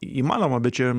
įmanoma bet čia